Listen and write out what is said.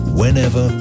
whenever